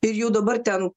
ir jau dabar ten